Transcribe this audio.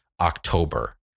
October